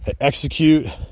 execute